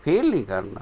fail ਨਹੀਂ ਕਰਨਾ